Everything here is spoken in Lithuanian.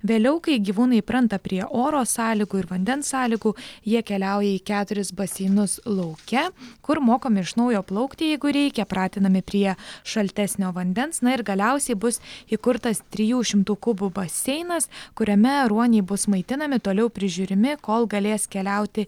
vėliau kai gyvūnai įpranta prie oro sąlygų ir vandens sąlygų jie keliauja į keturis baseinus lauke kur mokomi iš naujo plaukti jeigu reikia pratinami prie šaltesnio vandens na ir galiausiai bus įkurtas trijų šimtų kubų baseinas kuriame ruoniai bus maitinami toliau prižiūrimi kol galės keliauti